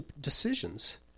decisions